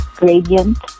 gradient